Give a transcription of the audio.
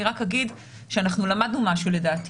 אני רק אגיד שאנחנו למדנו משהו לדעתי